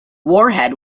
warhead